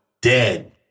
Dead